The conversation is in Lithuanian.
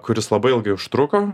kuris labai ilgai užtruko